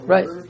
Right